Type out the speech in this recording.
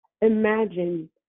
imagine